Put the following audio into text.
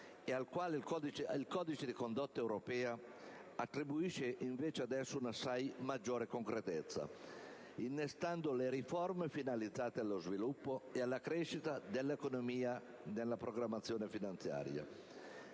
e al quale il codice di condotta europea attribuisce invece adesso una assai maggiore concretezza, innestando le riforme finalizzate allo sviluppo e alla crescita dell'economia nella programmazione finanziaria.